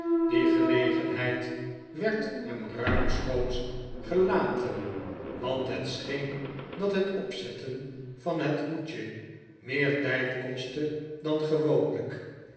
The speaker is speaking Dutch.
die gelegenheid werd hem ruimschoots gelaten want het scheen dat het opzetten van het hoedje meer tyd kostte dan gewoonlijk